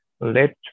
let